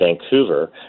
Vancouver